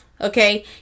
okay